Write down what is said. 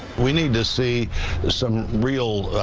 we need to see some real